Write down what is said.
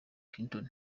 clinton